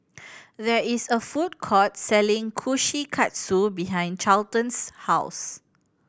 there is a food court selling Kushikatsu behind Charlton's house